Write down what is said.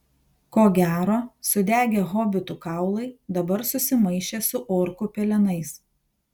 ko gero sudegę hobitų kaulai dabar susimaišė su orkų pelenais